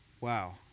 wow